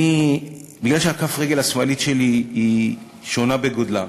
אני, בגלל שכף הרגל השמאלית שלי היא שונה בגודלה,